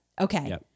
Okay